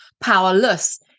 powerless